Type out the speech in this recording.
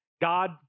God